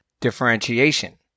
differentiation